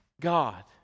God